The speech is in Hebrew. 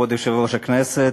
כבוד יושב-ראש הכנסת,